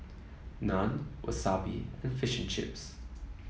Naan Wasabi and Fish and Chips